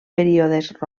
períodes